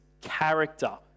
character